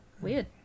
Weird